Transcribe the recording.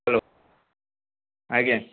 hello ଆଜ୍ଞା